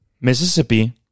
Mississippi